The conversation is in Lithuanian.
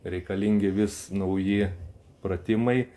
reikalingi vis nauji pratimai